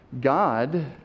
God